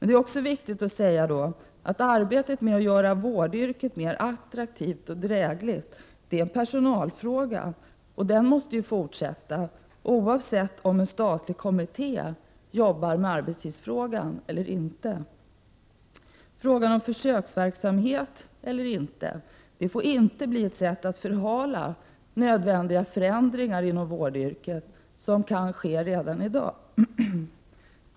Det är dessutom viktigt att säga att arbetet med att göra vårdyrket mer attraktivt och drägligt är en personalfråga, och arbetet med den måste fortsätta, oavsett om en statlig kommitté jobbar med arbetstidsfrågan eller inte. Frågan om försöksverksamhet får inte bli ett sätt att förhala nödvändiga förändringar inom vårdyrket som kan ske redan i dag.